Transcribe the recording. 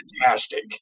fantastic